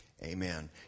Amen